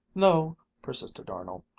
no, persisted arnold.